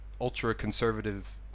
ultra-conservative